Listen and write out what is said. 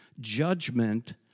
judgment